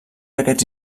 aquests